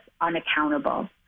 unaccountable